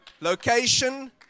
Location